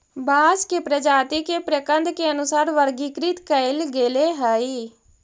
बांस के प्रजाती के प्रकन्द के अनुसार वर्गीकृत कईल गेले हई